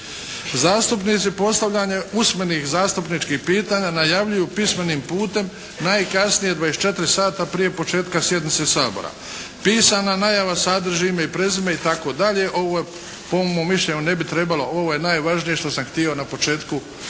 Zastupnici postavljanje usmenih zastupničkih pitanja najavljuju pismenih putem najkasnije 24 sata prije početka sjednice Sabora. Pisana najava sadrži ime i prezime itd. Ovo je po mom mišljenju